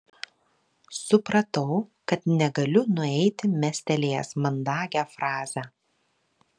supratau kad negaliu nueiti mestelėjęs mandagią frazę